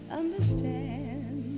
understand